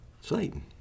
Satan